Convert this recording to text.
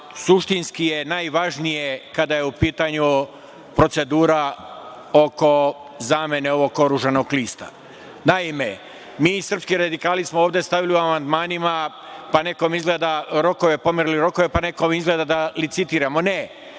suštinski je najvažnije kada je u pitanju procedura oko zamene ovog oružanog lista. Naime, mi srpski radikali smo stavili u amandmanima- pomeramo rokove, pa nekome izgleda da licitiramo. Ne,